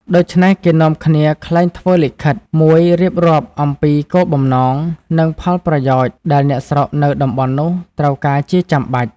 ដូច្នេះ គេនាំគ្នាក្លែងធ្វើលិខិត មួយរៀបរាប់អំពីគោលបំណង និង ផលប្រយោជន៏ដែលអ្នកស្រុកនៅតំបន់នោះត្រូវការជាចាំបាច់។